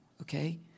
Okay